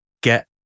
get